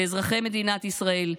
לאזרחי מדינת ישראל,